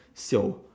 siao